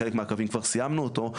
חלק מהקווים כבר סיימנו אותו,